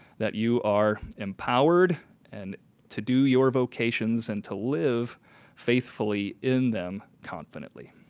that you are empowered and to do your vocations and to live faithfully in them confidently.